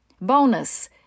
Bonus